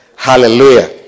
Hallelujah